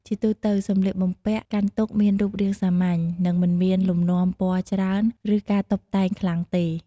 ជាទូទៅ សម្លៀកបំពាក់កាន់ទុក្ខមានរូបរាងសាមញ្ញ និងមិនមានលំនាំពណ៌ច្រើន ឬការតុបតែងខ្លាំងទេ។